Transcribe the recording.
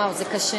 וואו, זה קשה.